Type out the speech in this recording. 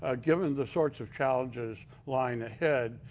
ah given the source of challenges lying ahead,